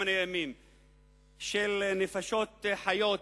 של נפשות חיות,